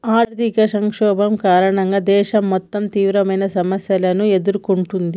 ఆర్థిక సంక్షోభం కారణంగా దేశం మొత్తం తీవ్రమైన సమస్యలను ఎదుర్కొంటుంది